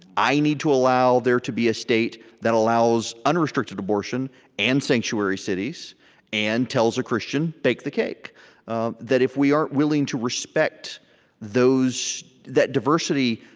i need to allow there to be a state that allows unrestricted abortion and sanctuary cities and tells a christian, bake the cake that if we aren't willing to respect that diversity